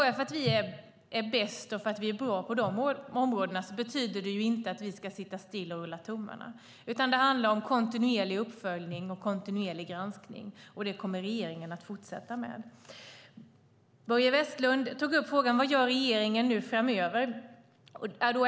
Att vi är bäst och att vi är bra på dessa områden betyder dock inte att vi ska sitta still och rulla tummarna. Det handlar i stället om kontinuerlig uppföljning och kontinuerlig granskning, och det kommer regeringen att fortsätta med. Börje Vestlund tog upp frågan vad regeringen gör framöver.